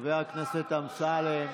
חבר הכנסת אמסלם.